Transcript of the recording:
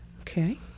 Okay